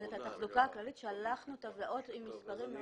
לגבי התחזוקה הכללית שלחנו טבלאות עם מספרים.